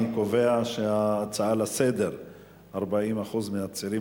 אני קובע שההצעה לסדר-היום: 40% מהצעירים